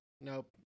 nope